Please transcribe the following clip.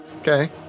Okay